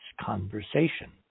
conversation